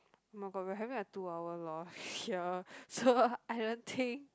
oh-my-god we are having a two hour lost here so I don't think